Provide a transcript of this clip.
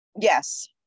Yes